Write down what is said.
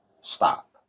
Stop